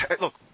look